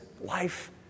life